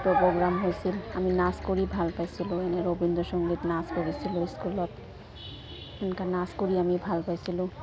programme হৈছিল আমি নাচ কৰি ভাল পাইছিলোঁ এনে ৰবীন্দ্ৰ সংগীত নাচ কৰিছিলোঁ স্কুলত এনকা নাচ কৰি আমি ভাল পাইছিলোঁ